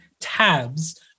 tabs